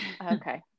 okay